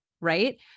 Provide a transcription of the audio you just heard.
right